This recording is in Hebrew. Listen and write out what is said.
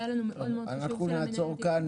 היה לנו מאוד חשוב שלמנהל --- אנחנו נעצור כאן.